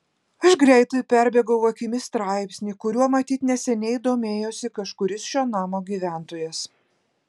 aš greitai perbėgau akimis straipsnį kuriuo matyt neseniai domėjosi kažkuris šio namo gyventojas